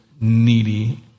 needy